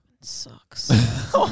sucks